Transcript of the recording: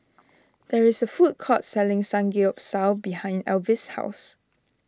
there is a food court selling Samgeyopsal behind Elvis' house